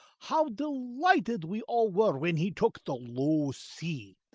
how delighted we all were when he took the low c.